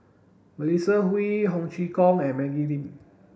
Melissa Kwee Ho Chee Kong and Maggie Lim